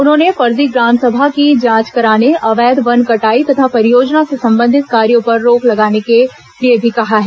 उन्होंने फर्जी ग्राम सभा की जांच कराने अवैध वन कटाई तथा परियोजना से संबंधित कार्यो पर रोक लगाने के लिए भी कहा है